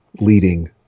leading